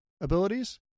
abilities